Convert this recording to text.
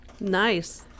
Nice